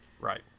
Right